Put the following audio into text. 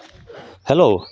hello